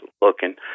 Looking